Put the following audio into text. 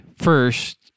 First